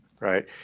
right